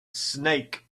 snake